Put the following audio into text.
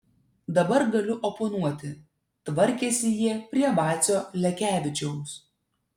dabar galiu oponuoti tvarkėsi jie prie vacio lekevičiaus